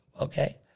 Okay